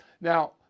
now